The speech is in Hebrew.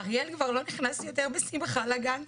אריאל כבר לא נכנס יותר בשמחה לגן,